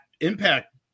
Impact